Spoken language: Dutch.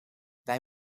wij